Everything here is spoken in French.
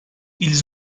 ils